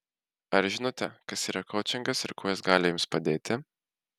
ar žinote kas yra koučingas ir kuo jis gali jums padėti